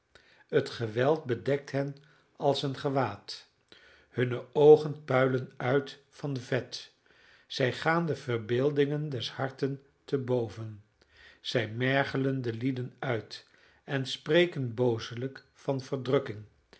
het geweld bedekt hen als een gewaad hunne oogen puilen uit van vet zij gaan de verbeeldingen des harten te boven zij mergelen de lieden uit en spreken boozelijk van verdrukking